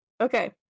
Okay